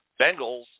Bengals